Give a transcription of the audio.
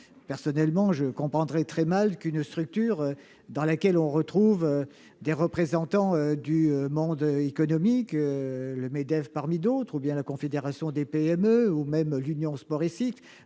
Personnellement, je comprendrais très mal qu'une structure dans laquelle on trouve des représentants du monde économique, parmi lesquels le Medef, la Confédération des PME ou l'Union Sport et Cycle,